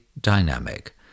dynamic